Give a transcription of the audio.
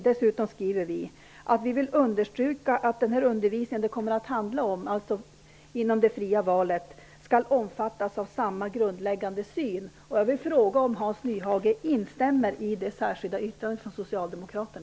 Dessutom skriver vi, att vi vill understryka att den undervisning det här kommer att handla om, dvs. inom det fria valet, skall omfattas av samma grundläggande syn.